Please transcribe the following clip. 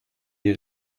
die